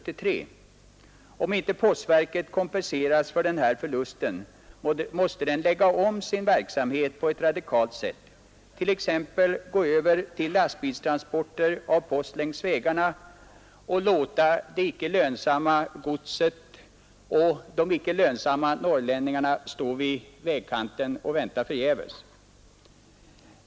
Om inte postverket kompenseras för den här förlusten måste det lägga om sin verksamhet på ett radikalt sätt — t.ex. gå över till lastbilstransporter av post längs vägarna och låta det icke lönsamma godset och de icke lönsamma norrlänningarna stå vid vägkanten och vänta förgäves.